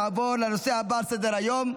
נעבור לנושא הבא על סדר-היום: